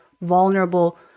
vulnerable